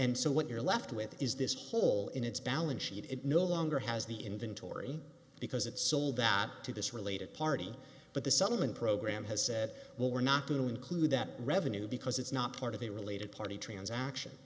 and so what you're left with is this hole in its balance sheet it no longer has the inventory because it sold out to this related party but the sentiment program has said well we're not to include that revenue because it's not part of the related party transaction